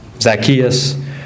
Zacchaeus